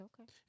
okay